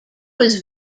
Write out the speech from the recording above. was